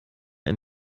ein